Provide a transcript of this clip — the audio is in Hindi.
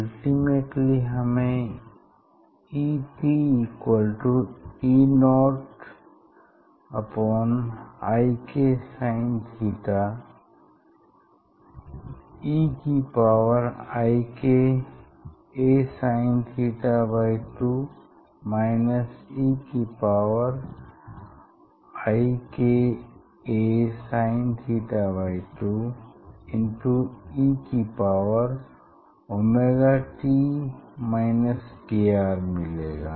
अल्टीमेटली हमें Ep E0 i k sin theta e की पावर i k a sinथीटा 2 e की पावर i k a sinथीटा 2 इनटू e की पावर ओमेगा t kR मिलेगा